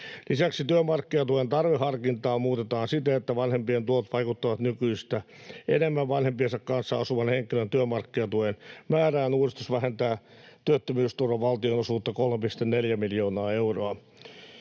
Lisäksi työmarkkinatuen tarveharkintaa muutetaan siten, että vanhempien tulot vaikuttavat nykyistä enemmän vanhempiensa kanssa asuvan henkilön työmarkkinatuen määrään. Uudistus vähentää työttömyysturvan valtionosuutta 3,4 miljoonaa euroa.